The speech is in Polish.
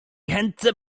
chętce